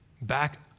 back